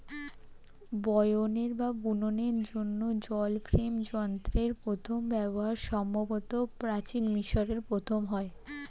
বয়নের বা বুননের জন্য জল ফ্রেম যন্ত্রের প্রথম ব্যবহার সম্ভবত প্রাচীন মিশরে প্রথম হয়